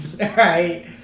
right